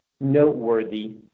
noteworthy